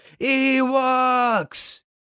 Ewoks